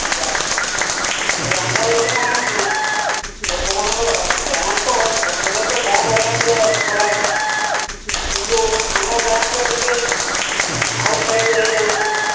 ଆଛା ତାହାଲେ ଆମର ଏଇଠି କଣ ହେଉଛି ଲୋକମାନଙ୍କର ବ୍ୟାଙ୍କ୍ ତ ଲୋକମାନଙ୍କର ବ୍ୟାଙ୍କ୍ ଅନେକ ଗୁଡ଼ାଏ ଅଛି ଖୋଲା ଅଛି କିନ୍ତୁ ଆମ ବ୍ୟାଙ୍କ୍ ଟା ଟିକେ ଆଉଟ୍ ସାଇଡ୍ ରେ ହୋଇଯାଉଛି